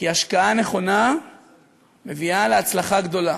כי השקעה נכונה מביאה להצלחה גדולה,